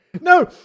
No